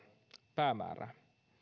päämäärää